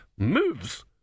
moves